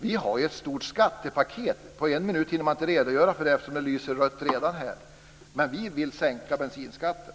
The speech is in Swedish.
Vi har ju ett stort skattepaket. På en minut hinner jag inte redogöra för det. Men vi vill sänka bensinskatten.